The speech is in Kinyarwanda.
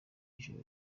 ijoro